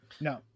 No